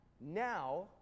now